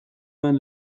den